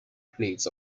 plates